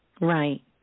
Right